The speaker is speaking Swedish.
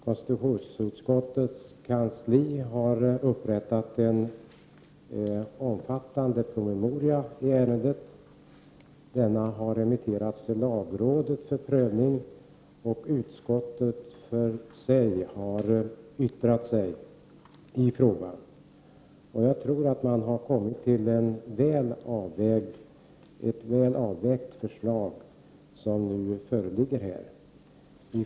Konstitutionsutskottets kansli har upprättat en omfattande promemoria i ärendet. Den har remitterats till lagrådet för prövning, och utskottet har yttrat sig i frågan. Jag tror att man har kommit till ett väl avvägt förslag, som nu alltså föreligger här.